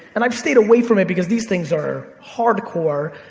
and i've stayed away from it because these things are hardcore,